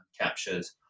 captures